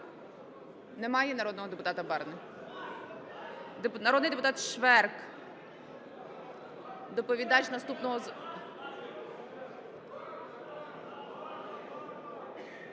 Немає народного депутата Барни? Народний депутат Шверк – доповідач наступного…